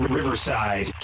Riverside